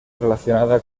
relacionada